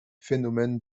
phénomènes